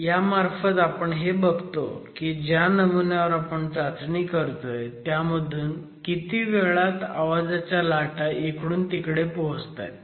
ह्यामार्फत आपण हे बघतो की ज्या नमुन्यावर आपण चाचणी करतोय त्यामधून किती वेळात आवाजाच्या लाटा इकडून तिकडे पोहोचतायत